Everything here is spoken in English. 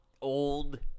old